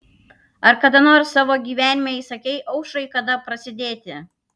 ar kada nors savo gyvenime įsakei aušrai kada prasidėti